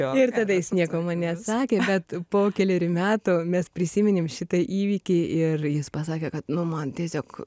ir tada jis nieko neatsakė bet po kelerių metų mes prisiminėm šitą įvykį ir jis pasakė kad nu man tiesiog